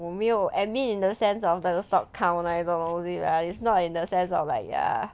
我没有 admin in the sense of the stock count 那种东西 lah it's not in the sense of like ya